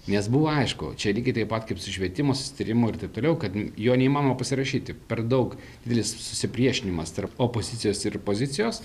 nes buvo aišku čia lygiai taip pat kaip su švietimu susitarimu ir taip toliau kad jo neįmanoma pasirašyti per daug didelis susipriešinimas tarp opozicijos ir pozicijos